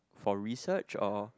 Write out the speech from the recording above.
for research or